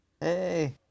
Hey